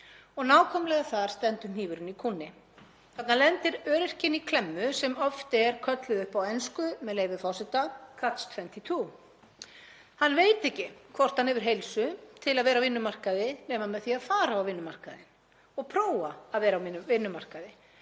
og nákvæmlega þar stendur hnífurinn í kúnni. Þarna lendir öryrkinn í klemmu sem oft er kölluð upp á ensku, með leyfi forseta, „Catch 22“. Hann veit ekki hvort hann hefur heilsu til að vera á vinnumarkaði nema með því að fara á vinnumarkaðinn og prófa að vera á vinnumarkaði.